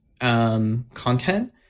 content